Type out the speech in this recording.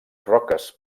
roques